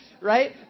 Right